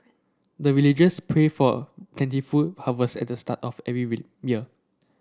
the villagers pray for plentiful harvest at the start of every week year